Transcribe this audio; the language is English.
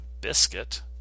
biscuit